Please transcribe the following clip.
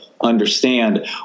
understand